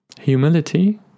Humility